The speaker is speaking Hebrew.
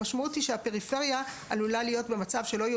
המשמעות של זה יכולה להיות שלא יהיו